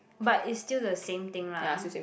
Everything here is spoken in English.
but it's still the same thing lah